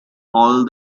all